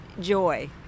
joy